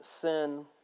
sin